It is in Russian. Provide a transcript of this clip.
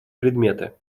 предметы